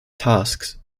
tasks